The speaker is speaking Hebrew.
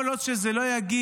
כל עוד זה לא יגיע,